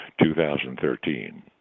2013